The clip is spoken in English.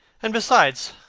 and, besides,